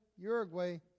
Uruguay